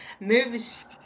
moves